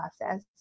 process